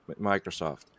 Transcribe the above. Microsoft